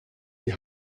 die